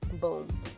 Boom